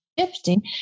shifting